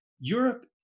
Europe